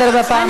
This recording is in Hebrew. בושה בכלל.